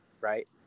right